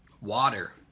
Water